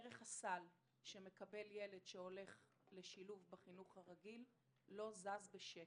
ערך הסל שמקבל ילד שהולך לשילוב בחינוך הרגיל לא זז בשקל.